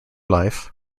life